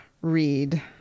read